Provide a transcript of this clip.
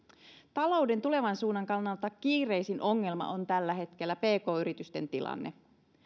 talouden tulevan suunnan kannalta kiireisin ongelma on tällä hetkellä pk yritysten tilanne